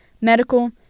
medical